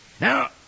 Now